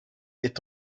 est